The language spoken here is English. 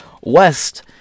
West